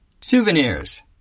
Souvenirs